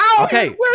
okay